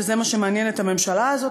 וזה מה שמעניין את הממשלה הזאת.